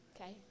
okay